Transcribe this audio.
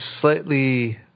slightly